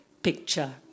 picture